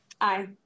Aye